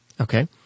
Okay